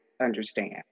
understand